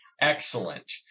Excellent